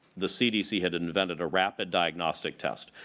the cdc had invented a rapid diagnostic test.